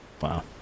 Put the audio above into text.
wow